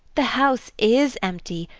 the house is empty.